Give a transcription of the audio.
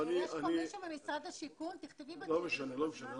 לא משנה.